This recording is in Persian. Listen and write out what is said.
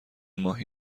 ماهی